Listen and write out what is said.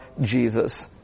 Jesus